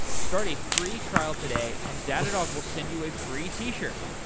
start a free trial today and data dog will send you a free t-shirt.